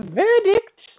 verdict